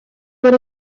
fod